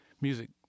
music